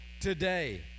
today